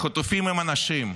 החטופים הם אנשים.